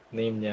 name